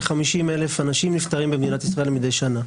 כ-50 אלף אנשים נפטרים במדינת ישראל מדי שנה.